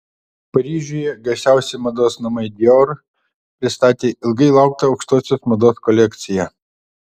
paryžiuje garsiausi mados namai dior pristatė ilgai lauktą aukštosios mados kolekciją